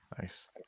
Nice